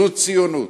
זו ציונות.